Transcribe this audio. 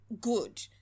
good